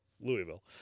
Louisville